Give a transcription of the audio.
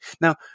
Now